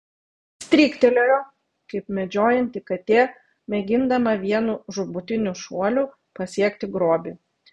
stryktelėjo kaip medžiojanti katė mėgindama vienu žūtbūtiniu šuoliu pasiekti grobį